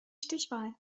stichwahl